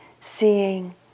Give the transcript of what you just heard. seeing